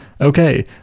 okay